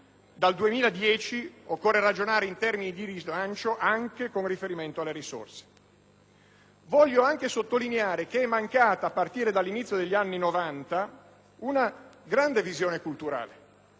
dal 2010 occorrerà ragionare in termini di rilancio anche con riferimento alle risorse. Voglio anche sottolineare che è mancata, a partire dall'inizio degli anni Novanta, una grande visione culturale.